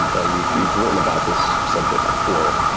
and you've you've written about this subject before.